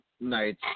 nights